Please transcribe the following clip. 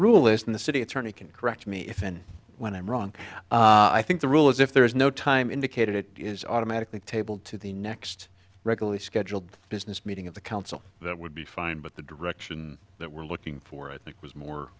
the city attorney can correct me if and when i'm wrong i think the rule is if there is no time indicated it is automatically table to the next regularly scheduled business meeting of the council that would be fine but the direction that we're looking for i think was more